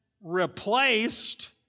replaced